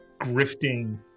grifting